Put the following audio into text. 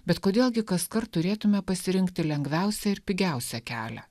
bet kodėl gi kaskart turėtume pasirinkti lengviausią ir pigiausią kelią